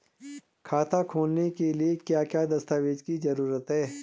खाता खोलने के लिए क्या क्या दस्तावेज़ की जरूरत है?